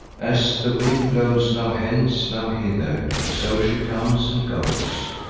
as the wind blows now hence, now hither, so she comes and goes,